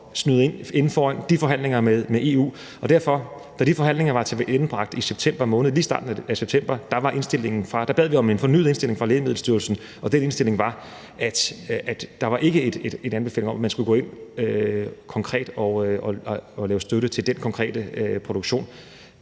ikke kan gå foran de forhandlinger med EU. Så da de forhandlinger var tilendebragt lige i starten af september, bad vi om en fornyet indstilling fra Lægemiddelstyrelsen, og den indstilling var, at der ikke var en anbefaling om, at man skulle gå ind og give støtte til den konkrete produktion.